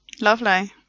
Lovely